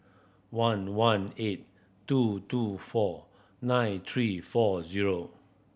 one one eight two two four nine three four zero